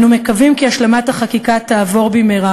אנו מקווים כי השלמת החקיקה תעבור במהרה